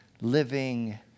living